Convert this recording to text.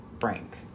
Frank